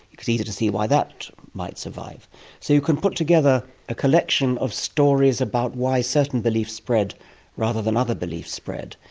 it's easy to see why that might survive. so you can put together a collection of stories about why certain beliefs spread rather than other beliefs spread,